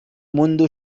منذ